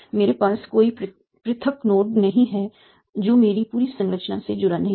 मेरे पास कोई पृथक नोड्स नहीं है जो मेरी पूरी संरचना से जुड़ा नहीं है